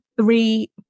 three